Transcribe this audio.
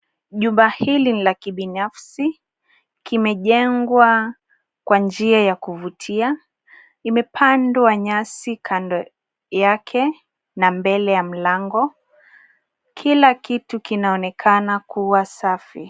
Jumba hili ni la kibinafsi. Kimejengwa kwa njia ya kuvutia. Imepandwa nyasi kando yake na mbele ya mlango. Kila kitu kinaonekana kuwa safi.